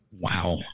Wow